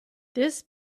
this